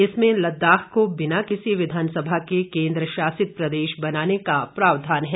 इसमें लद्दाख को बिना किसी विधानसभा के केन्द्रशासित प्रदेश बनाने का प्रावधान है